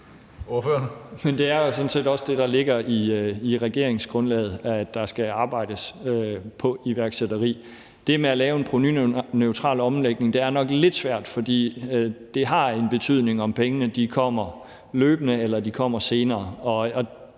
set også det, der ligger i regeringsgrundlaget, altså at der skal arbejdes på iværksætteri. Det med at lave en provenuneutral omlægning er nok lidt svært, fordi det har en betydning, om pengene kommer løbende eller kommer